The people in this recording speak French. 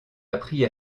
appris